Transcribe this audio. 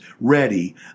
ready